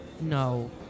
No